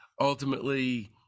ultimately